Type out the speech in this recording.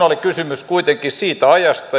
oli kysymys kuitenkin siitä ajasta